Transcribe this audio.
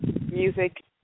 music